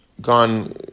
gone